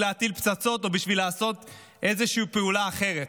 להטיל פצצות או בשביל לעשות איזושהי פעולה אחרת.